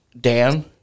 Dan